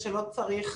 זה שלא צריך